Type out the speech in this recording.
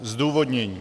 Zdůvodnění.